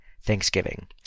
Thanksgiving